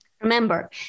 Remember